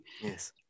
Yes